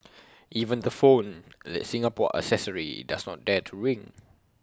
even the phone that Singapore accessory does not dare to ring